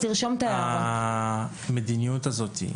המדיניות הזאת,